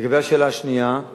לגבי השאלה השנייה,